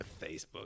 Facebook